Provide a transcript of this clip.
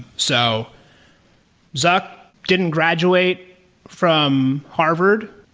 so zuck didn't graduate from harvard.